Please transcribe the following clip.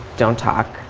don't talk.